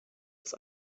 des